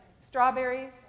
Strawberries